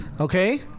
okay